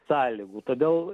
sąlygų todėl